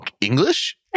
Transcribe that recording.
English